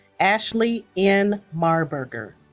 ashley n. marburger